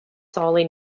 sorely